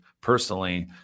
personally